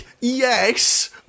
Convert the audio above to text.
Yes